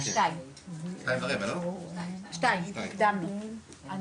הישיבה ננעלה בשעה 13:42.